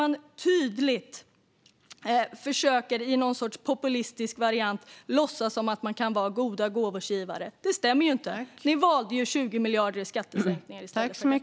Man försöker också tydligt, i någon sorts populistisk anda, låtsas vara alla goda gåvors givare. Det stämmer ju inte. Ni valde 20 miljarder i skattesänkningar i stället för detta.